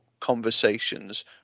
conversations